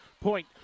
Point